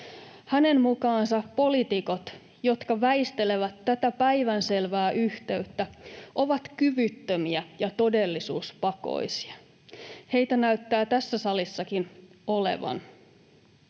Hänen mukaansa poliitikot, jotka väistelevät tätä päivänselvää yhteyttä, ovat kyvyttömiä ja todellisuuspakoisia. Heitä näyttää tässäkin salissa olevan.